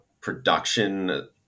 production